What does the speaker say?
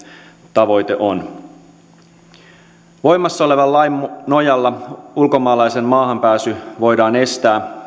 tavoite voimassa olevan lain nojalla ulkomaalaisen maahan pääsy voidaan estää